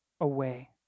away